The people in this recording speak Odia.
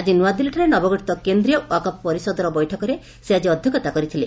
ଆକି ନ୍ନଆଦିଲ୍ଲୀଠାରେ ନବଗଠିତ କେନ୍ଦ୍ରୀୟ ୱାକ୍ ଅଫ୍ ପରିଷଦର ବୈଠକରେ ସେ ଆକି ଅଧ୍ୟକ୍ଷତା କରିଥିଲେ